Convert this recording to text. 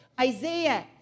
Isaiah